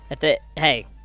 Hey